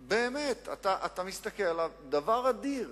באמת, אתה מסתכל עליו, דבר אדיר.